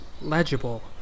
legible